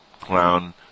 clown